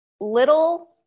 little